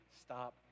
stop